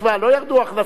לא ירדו ההכנסות בגלל,